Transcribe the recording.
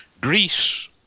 Greece